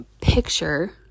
picture